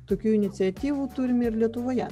tokių iniciatyvų turime ir lietuvoje